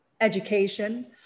education